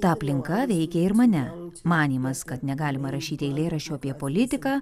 ta aplinka veikė ir mane manymas kad negalima rašyti eilėraščių apie politiką